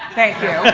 thank you.